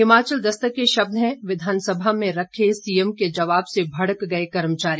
हिमाचल दस्तक के शब्द है विधानसभा में रखे सीएम के जवाब से भड़क गए कर्मचारी